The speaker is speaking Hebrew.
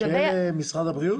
לגבי ההתיישנות